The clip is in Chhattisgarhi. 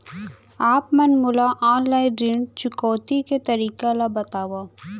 आप मन मोला ऑनलाइन ऋण चुकौती के तरीका ल बतावव?